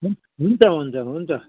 हुन्छ हुन्छ हुन्छ